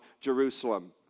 Jerusalem